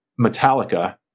Metallica